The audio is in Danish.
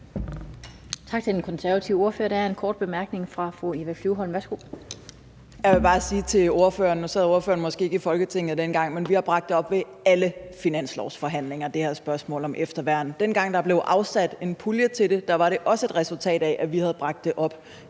om efterværn op ved alle finanslovsforhandlinger. Dengang der blev afsat en pulje til det, var det også et resultat af, at vi havde bragt det op